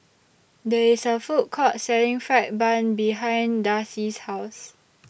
There IS A Food Court Selling Fried Bun behind Darcie's House